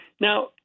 Now